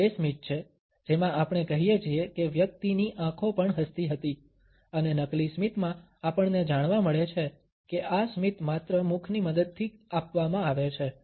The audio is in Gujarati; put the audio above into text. આ તે સ્મિત છે જેમાં આપણે કહીએ છીએ કે વ્યક્તિની આંખો પણ હસતી હતી અને નકલી સ્મિતમાં આપણને જાણવા મળે છે કે આ સ્મિત માત્ર મુખની મદદથી આપવામાં આવે છે